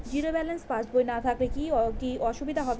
Zero balance পাসবই না থাকলে কি কী অসুবিধা হবে?